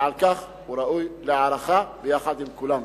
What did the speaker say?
ועל כך הוא ראוי להערכה ביחד עם כולם.